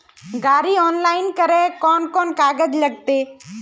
गाड़ी ऑनलाइन करे में कौन कौन कागज लगते?